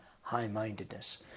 high-mindedness